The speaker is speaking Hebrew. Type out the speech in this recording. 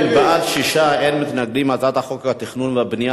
ההצעה להעביר את הצעת חוק התכנון והבנייה